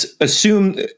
assume